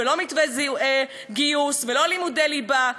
ולא מתווה גיוס ולא לימודי ליבה.